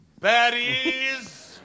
baddies